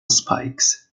spikes